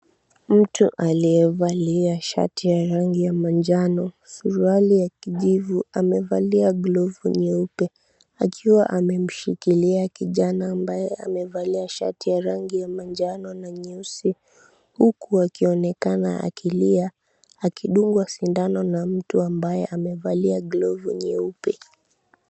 Mtu aliyevalia shati ya rangi ya manjano suruali ya kijivu, amevalia glovu nyeupe. Akiwa amemshikilia kijana ambaye amevalia shati ya rangi ya manjano na nyeusi. Huku akionekana akilia akidungwa sindano na mtu ambaye amevalia glovu nyeupe.